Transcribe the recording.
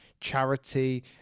charity